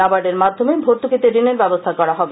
নাবার্ডের মাধ্যমে ভর্তুকীতে ঋণের ব্যবস্থা করা হবে